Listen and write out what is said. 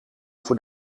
voor